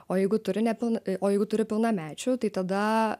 o jeigu turi nepilna o jeigu turi pilnamečių tai tada